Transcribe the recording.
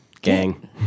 Gang